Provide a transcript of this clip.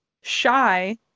Shy